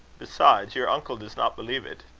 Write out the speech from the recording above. besides, your uncle does not believe it.